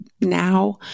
now